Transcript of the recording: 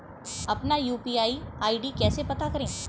अपना UPI ID कैसे पता करें?